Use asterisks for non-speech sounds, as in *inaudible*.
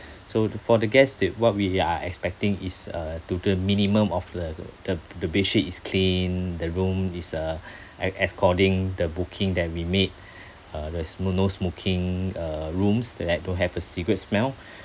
*breath* so the for the guests is what we are expecting is uh to the minimum of the the the bedsheet is clean the room is uh as according the booking that we made uh there's no no smoking uh rooms that don't have the cigarette smell